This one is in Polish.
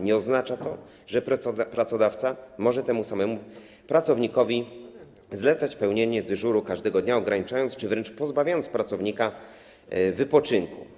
Nie oznacza to, że pracodawca może temu samemu pracownikowi zlecać pełnienie dyżuru każdego dnia, ograniczając mu wypoczynek czy wręcz pozbawiając pracownika tego wypoczynku.